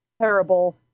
terrible